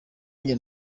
njye